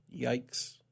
Yikes